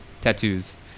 tattoos